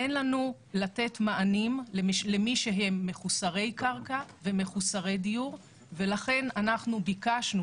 אין לנו לתת מענים למי שהם מחוסרי קרקע ומחוסרי דיור ולכן אנחנו ביקשנו